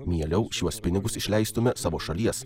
mieliau šiuos pinigus išleistume savo šalies